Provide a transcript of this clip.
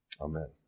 Amen